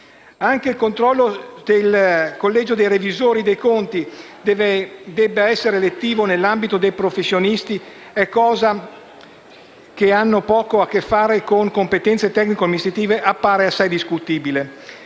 Anche il fatto che il collegio dei revisori dei conti debba essere elettivo, nell'ambito di professioni che poco hanno a che fare con competenze tecnico-amministrative, appare assai discutibile.